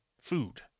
food